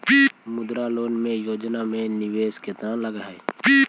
मुद्रा लोन योजना में निवेश केतना लग हइ?